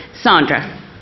Sandra